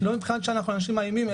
לא מבחינת זה שאנחנו אנשים מאיימים,